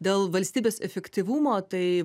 dėl valstybės efektyvumo tai